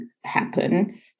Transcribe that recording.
happen